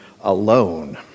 alone